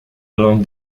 along